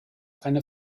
eine